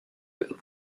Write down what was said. roof